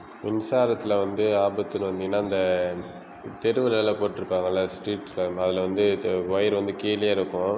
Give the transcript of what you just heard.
மின்சாரத்தில் வந்து ஆபத்துனு வந்திங்கனா இந்த தெருவிலெல்லாம் போட்டுருப்பாங்களே ஸ்ட்ரீட்ஸில் அதில் வந்து ஒயர் வந்து கீழேயேருக்கும்